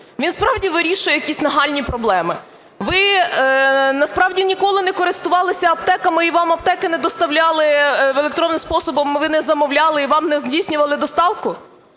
Він справді вирішує якісь нагальні проблеми? Ви насправді ніколи не користувалися аптеками і вам аптеки не доставляли, електронним способом ви не замовляли і вам не здійснювали доставку?